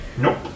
Nope